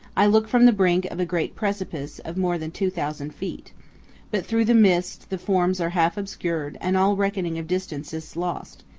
i look from the brink of a great precipice of more than two thousand feet but through the mist the forms are half obscured and all reckoning of distance is lost,